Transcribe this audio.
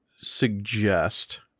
Suggest